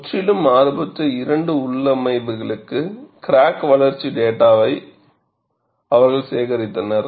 முற்றிலும் மாறுபட்ட இரண்டு உள்ளமைவுகளுக்கு கிராக் வளர்ச்சி டேட்டாவை அவர்கள் சேகரித்தனர்